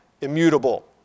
immutable